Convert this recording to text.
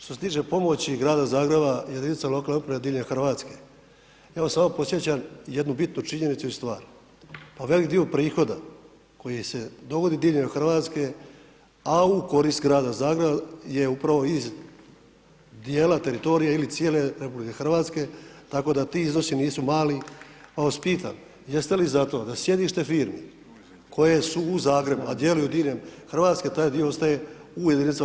Što se tiče pomoći grada Zagreba, jedinice lokalne uprave diljem Hrvatske, evo samo podsjećam jedinu bitnu činjenicu i stvar pa velik dio prihoda koji se dogodi diljem Hrvatske a u korist grada Zagreba je upravo iz djela teritorija ili cijele RH tako da ti iznosi nisu mali pa vas pitam, jeste li zato da sjedište firme koje su u Zagrebu a djeluju diljem Hrvatske, taj dio ostaje u jedinicama lokalnih uprava?